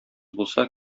булса